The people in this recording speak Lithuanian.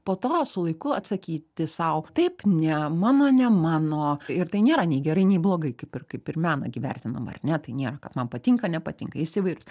po to su laiku atsakyti sau taip ne mano ne mano ir tai nėra nei gerai nei blogai kaip ir kaip ir meną gi vertinam ar ne tai nėra kad man patinka nepatinka jis įvairus